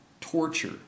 torture